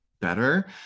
better